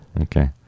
okay